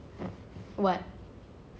what